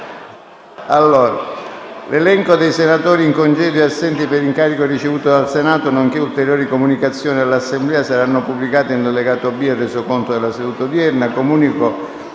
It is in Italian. L'elenco dei senatori in congedo e assenti per incarico ricevuto dal Senato, nonché ulteriori comunicazioni all'Assemblea saranno pubblicati nell'allegato B al Resoconto della seduta odierna.